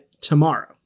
Tomorrow